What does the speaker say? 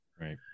right